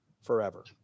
forever